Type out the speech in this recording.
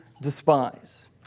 despise